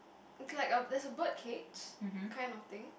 it's like a there's a bird cage kind of thing